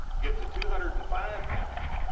get to two hundred and five lbs